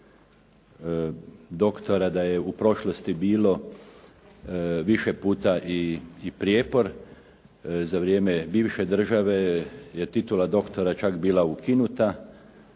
doktora u prošlosti bilo više puta i prijepor za vrijeme bivše države, jer je titula doktora čak bila ukinuta